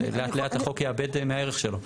אז לאט לאט החוק יאבד מהערך שלו.